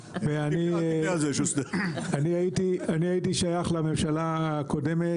אני הייתי שייך לממשלה הקודמת,